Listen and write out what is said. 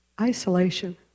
Isolation